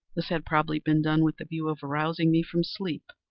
this had probably been done with the view of arousing me from sleep.